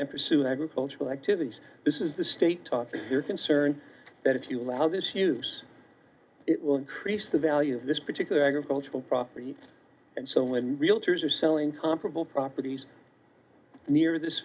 and pursue agricultural activities this is the state of their concern that if you allow this use it will increase the value of this particular agricultural property and so on and realtors are selling comparable properties near this